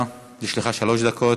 בבקשה, יש לך שלוש דקות.